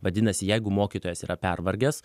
vadinasi jeigu mokytojas yra pervargęs